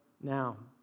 now